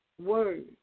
word